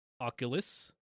Oculus